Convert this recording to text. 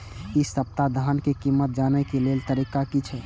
इ सप्ताह धान के कीमत जाने के लेल तरीका की छे?